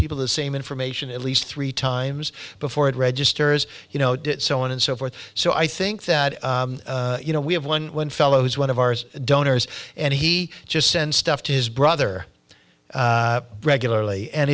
people the same information at least three times before it registers you know so on and so forth so i think that you know we have one one fell as one of ours donors and he just send stuff to his brother regularly and